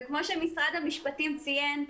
כמו שמשרד המשפטים ציין,